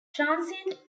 transient